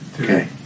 Okay